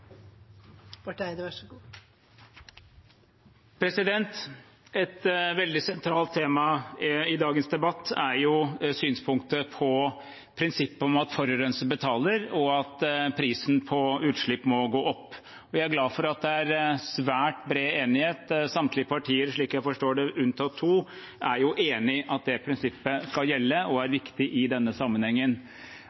synspunktet på prinsippet om at forurenser betaler, og at prisen på utslipp må gå opp. Jeg er glad for at det er svært bred enighet. Samtlige partier unntatt to, slik jeg forstår det, er enige om at det prinsippet skal gjelde og er